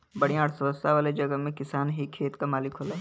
बढ़िया अर्थव्यवस्था वाले जगह में किसान ही खेत क मालिक होला